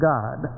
God